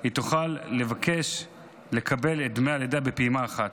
היא תוכל לבקש לקבל את דמי הלידה בפעימה אחת.